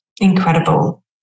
incredible